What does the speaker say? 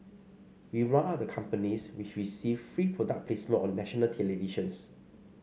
we round up the companies which received free product placements on national televisions